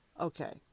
Okay